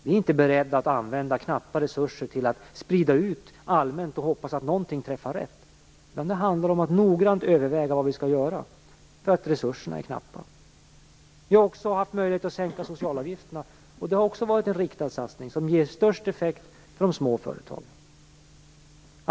Vi är inte beredda att använda knappa resurser till att sprida ut allmänt och hoppas att någonting träffar rätt, utan det handlar om att noggrant överväga vad vi skall göra, därför att resurserna är knappa. Vi har också haft möjlighet att sänka socialavgifterna. Det har också varit en riktad satsning, som ger störst effekt för de små företagen.